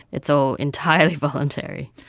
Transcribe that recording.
it's all entirely voluntary.